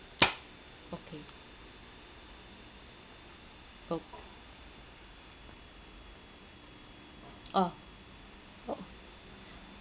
okay o~ oh oh